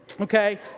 Okay